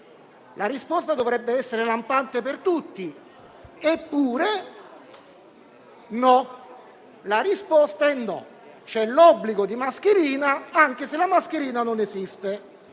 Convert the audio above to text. La risposta dovrebbe essere lampante per tutti. Eppure non lo è. La risposta è no; eppure c'è l'obbligo di mascherina, anche se la mascherina non esiste.